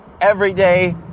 everyday